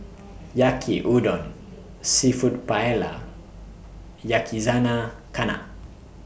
Yaki Udon Seafood Paella Yakizakana